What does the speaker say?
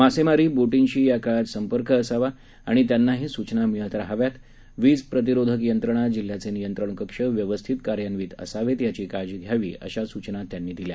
मासेमारी बोटींशी या काळात संपर्क असावा आणि त्यांनाही सूचना मिळत राहाव्यात वीज प्रतिरोधक यंत्रणा जिल्ह्याचे नियंत्रण कक्ष व्यवस्थित कार्यान्वित असावेत याची काळजी घ्यावी अशा सूचना त्यांनी दिल्या